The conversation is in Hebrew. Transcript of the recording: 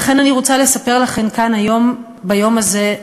ולכן אני רוצה לספר לכן כאן היום, ביום הזה,